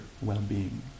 well-being